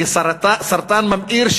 כסרטן ממאיר,